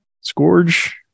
Scourge